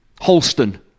Holston